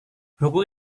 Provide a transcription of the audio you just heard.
buku